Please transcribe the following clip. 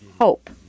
hope